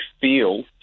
feel